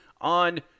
on